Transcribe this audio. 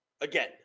Again